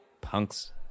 Punks